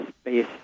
space